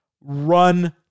run